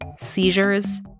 seizures